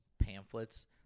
pamphlets